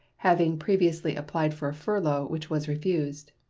having previously applied for a furlough, which was refused.